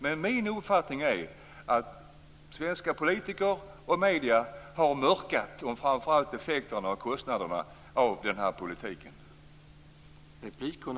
Men min uppfattning är att svenska politiker och medier har mörkat om framför allt effekterna och kostnaderna av den här politiken.